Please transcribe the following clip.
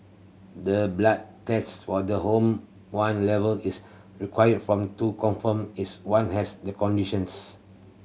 the blood tests for the hormone level is required from to confirm is one has the conditions